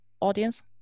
audience